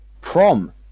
Prom